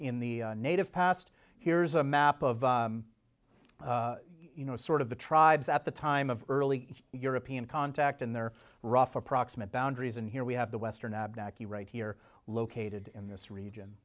in the native past here's a map of you know sort of the tribes at the time of early european contact and their rough approximate boundaries and here we have the western abductee right here located in this region